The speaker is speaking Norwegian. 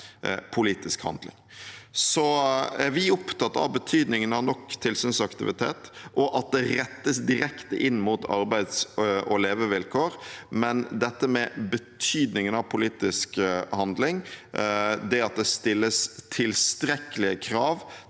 politisk handling. Vi er opptatt av betydningen av nok tilsynsaktivitet og at det rettes direkte inn mot arbeids- og levevilkår. Men betydningen av politisk handling, det at det stilles tilstrekkelige krav til